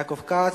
אני מוותר.